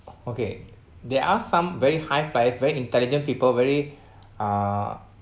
okay there are some very high flyers very intelligent people very uh